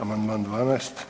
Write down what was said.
Amandman 12.